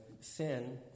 sin